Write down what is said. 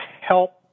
help